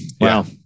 wow